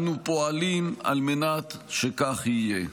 אנו פועלים על מנת שכך יהיה.